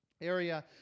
area